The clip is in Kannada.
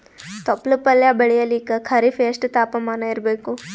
ತೊಪ್ಲ ಪಲ್ಯ ಬೆಳೆಯಲಿಕ ಖರೀಫ್ ಎಷ್ಟ ತಾಪಮಾನ ಇರಬೇಕು?